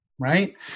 Right